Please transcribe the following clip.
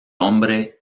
hombre